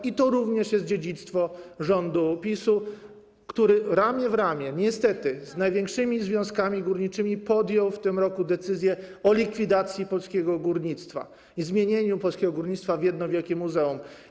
I to również jest dziedzictwo rządu PiS-u, który ramię w ramię niestety z największymi związkami górniczymi podjął w tym roku decyzję o likwidacji polskiego górnictwa i zmienieniu polskiego górnictwa w jedno wielkie muzeum.